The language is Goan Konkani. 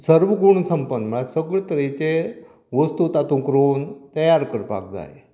सर्वगूण संप्पन म्हळ्यार सगळे तरेचे वस्तू तातूंत रोवून तयार करपाक जाय